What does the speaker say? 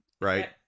right